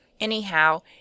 anyhow